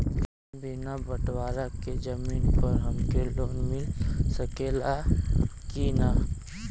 बिना बटवारा के जमीन पर हमके लोन मिल सकेला की ना?